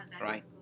Right